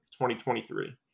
2023